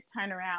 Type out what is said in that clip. turnaround